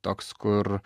toks kur